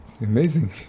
amazing